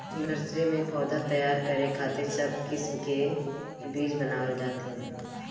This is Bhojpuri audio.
नर्सरी में पौधा तैयार करे खातिर सब किस्म के बीज बनावल जात हवे